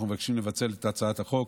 אנחנו מבקשים לפצל את הצעת החוק